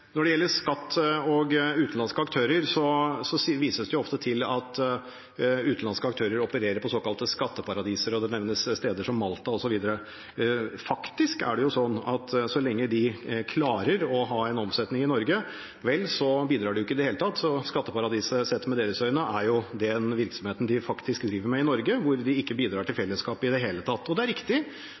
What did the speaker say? Når det gjelder skatt og utenlandske aktører, vises det ofte til at utenlandske aktører opererer i såkalte skatteparadiser, og det nevnes steder som Malta osv. Faktisk er det sånn at så lenge de klarer å ha omsetning i Norge, bidrar de jo ikke i det hele tatt. Så skatteparadiset sett med deres øyne er jo den virksomheten de driver i Norge, hvor de ikke bidrar til fellesskapet i det hele tatt. Og det er riktig: